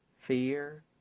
fear